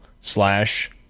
slash